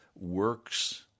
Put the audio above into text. works